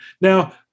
Now